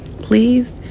please